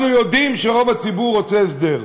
אנחנו יודעים שרוב הציבור רוצה הסדר.